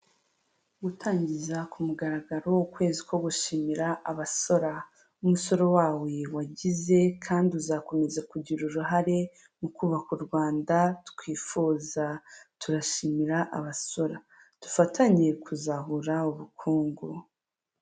Gutangiza ku mugaragaro ukwezi ko gushimira abasora. Umusoro wawe wagize kandi uzakomeza kugira uruhare mu kubaka u Rwanda twifuza turashimira abasora, dufatanye kuzahura ubukungu.